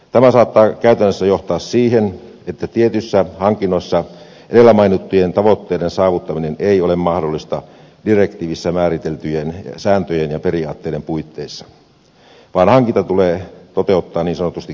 tämä saattaa käytännössä johtaa siihen että tietyissä hankinnoissa edellä mainittujen tavoitteiden saavuttaminen ei ole mahdollista direktiivissä määriteltyjen sääntöjen ja periaatteiden puitteissa vaan hankinta tulee toteuttaa niin sanotusti kansallisin menettelyin